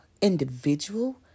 individual